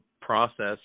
process